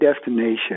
destination